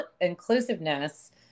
inclusiveness